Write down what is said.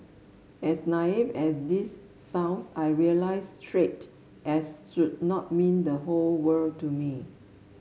as naive as this sounds I realised straight as should not mean the whole world to me